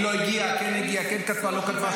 היא לא הגיעה, כן הגיעה, כן כתבה, לא כתבה.